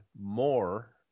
more